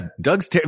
doug's